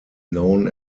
known